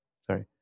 Sorry